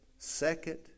Second